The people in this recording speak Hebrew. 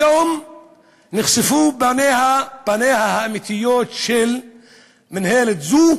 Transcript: היום נחשפו פניה האמיתיות של מינהלת זו,